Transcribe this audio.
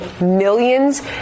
millions